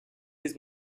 his